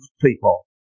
people